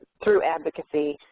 through advocacy.